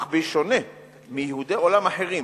אך בשונה מיהודי עולם אחרים